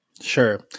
Sure